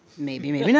maybe, maybe i mean